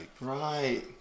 right